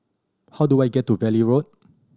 how do I get to Valley Road